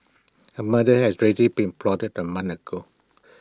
A murder has ready been plotted A month ago